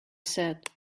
said